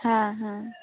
হ্যাঁ হ্যাঁ